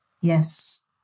Yes